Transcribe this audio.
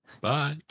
bye